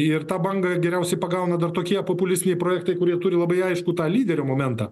ir tą bangą geriausiai pagauna dar tokie populistiniai projektai kurie turi labai aišku tą lyderio momentą